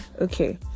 okay